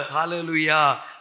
Hallelujah